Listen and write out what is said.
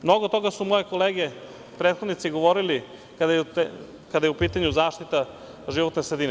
Mnogo toga su moje kolege, prethodnici, govorili kada je u pitanju zaštita životne sredine.